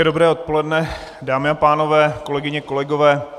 Hezké dobré odpoledne, dámy a pánové, kolegyně, kolegové.